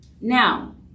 Now